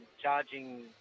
charging